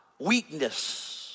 weakness